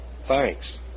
Thanks